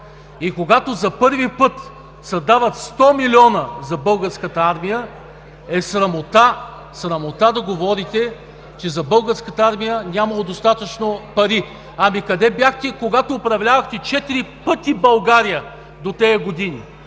И когато за първи път се дават 100 млн. лв. за Българската армия, е срамота да говорите, че за Българската армия нямало достатъчно пари! Къде бяхте, когато управлявахте четири пъти България за тези години?!